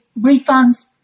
refunds